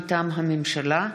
מטעם הממשלה,